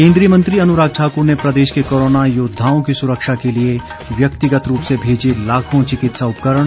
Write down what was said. केंद्रीय मंत्री अनुराग ठाकुर ने प्रदेश के कोरोना योद्वाओं की सुरक्षा के लिए व्यक्तिगत रूप से भेजे लाखों चिकित्सा उपकरण